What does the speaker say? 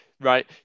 Right